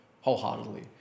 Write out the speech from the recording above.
wholeheartedly